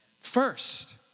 first